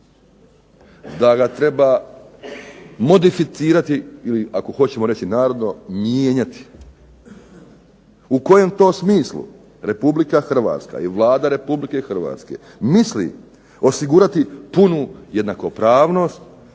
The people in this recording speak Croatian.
da ga treba modificirati ili ako hoćemo reći narodno mijenjati. U kojem to smislu Republika Hrvatska i Vlada Republike Hrvatske misli osigurati punu jednakopravnost,